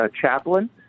chaplain